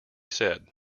said